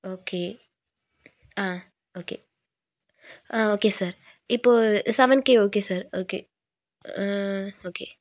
okay ah okay ah okay sir இப்போது seven K okay sir okay okay